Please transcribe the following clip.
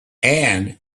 and